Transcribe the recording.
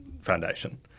foundation